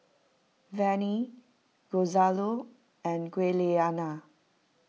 Vannie Gonzalo and Giuliana